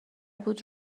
بود